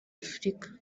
afurika